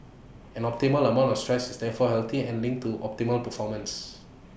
an optimal amount of stress is therefore healthy and linked to optimal performance